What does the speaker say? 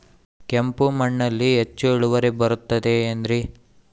ಕೆಂಪು ಮಣ್ಣಲ್ಲಿ ಹೆಚ್ಚು ಇಳುವರಿ ಬರುತ್ತದೆ ಏನ್ರಿ?